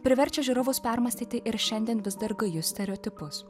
priverčia žiūrovus permąstyti ir šiandien vis dar gajus stereotipus